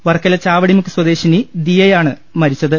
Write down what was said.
വർക്കല ചാവടിമുക്ക് സ്വദേശിനി ദിയയാണ് മരിച്ചത്